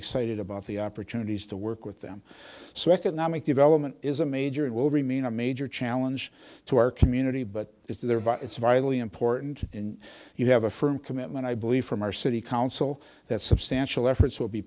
excited about the opportunities to work with them so economic development is a major it will remain a major challenge to our community but it's there but it's vitally important and you have a firm commitment i believe from our city council that substantial efforts will be